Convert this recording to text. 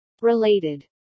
Related